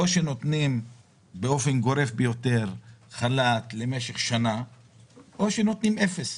או שנותנים באופן גורף ביותר חל"ת למשך שנה או שנותנים אפס.